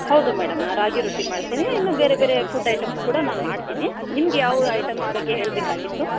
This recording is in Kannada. ಹೌದು ಮೇಡಂ ನಾನು ರಾಗಿರೊಟ್ಟಿ ಮಾಡ್ತೀನಿ ಇನ್ನೂ ಬೇರೆ ಬೇರೆ ಫುಡ್ ಐಟಮ್ಸ್ ಕೂಡ ನಾನು ಮಾಡ್ತೀನಿ ನಿಮ್ಗೆ ಯಾವ ಐಟಮ್ ಬಗ್ಗೆ ಹೇಳಬೇಕಾಗಿತ್ತು